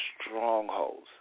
strongholds